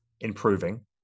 improving